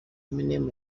eminem